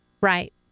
Right